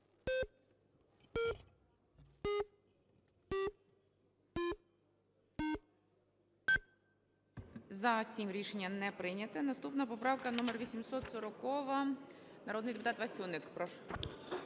За-7 Рішення не прийнято. Наступна поправка номер - 840-а, народний депутат Васюник. Прошу.